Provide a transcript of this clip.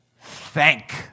Thank